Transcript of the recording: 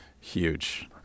huge